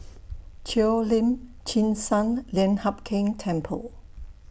Cheo Lim Chin Sun Lian Hup Keng Temple